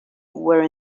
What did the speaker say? were